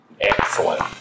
Excellent